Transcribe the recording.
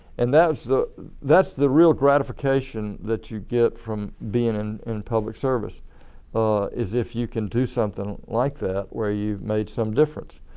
and that's the that's the real gratification that you get from being in in public service is if you can do something like that where you made some difference.